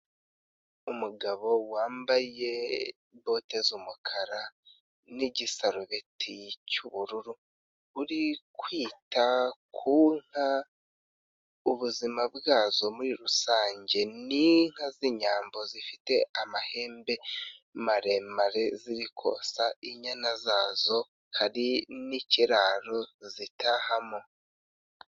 Umugabo wambaye bote z'umukara n'igisarubeti cy'ubururu, uri kwita ku nka ubuzima bwazo muri rusange. Ni inka z'inyambo zifite amahembe maremare ziri kosa inyana zazo, hari n'ikiraro zitahamo.